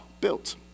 built